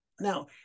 Now